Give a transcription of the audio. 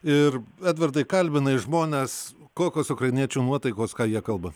ir edvardai kalbinai žmones kokios ukrainiečių nuotaikos ką jie kalba